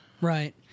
Right